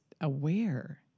aware